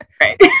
Right